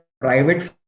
private